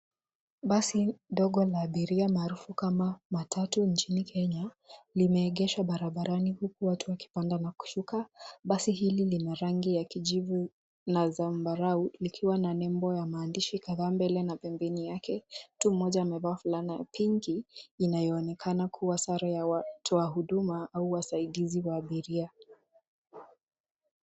Basi dogo la abiria maarufu kama matatu nchini Kenya limeegeshwa barabarani huku watu wakipanda na kushuka. Basi hili lina rangi ya kijivu na zambarau likiwa na nembo ya maandishi kadhaa mbele na pembeni yake. Mtu moja amevaa fulana ya pinki inayoonekana kuwa sare ya watoa huduma au wasaidizi wa abiria.